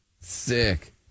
sick